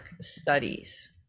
Studies